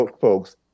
folks